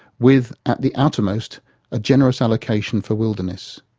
with at the outermost a generous allocation for wilderness.